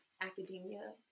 academia